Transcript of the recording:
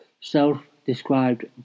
self-described